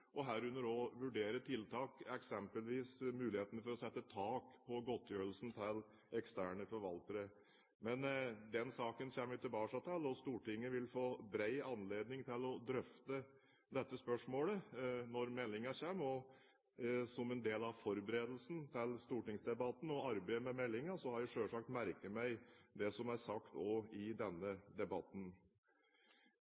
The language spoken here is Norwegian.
og herunder også vurdere tiltak, eksempelvis mulighetene for å sette tak på godtgjørelsen til eksterne forvaltere. Men den saken kommer vi tilbake til, og Stortinget vil få bred anledning til å drøfte dette spørsmålet når meldingen kommer. Og som en del av forberedelsen til stortingsdebatten og arbeidet med meldingen har jeg selvsagt merket meg det som er sagt også i denne